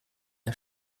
der